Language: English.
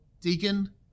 deacon